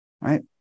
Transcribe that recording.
right